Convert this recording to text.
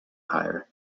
hire